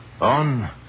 On